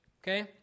Okay